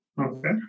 Okay